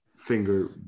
Finger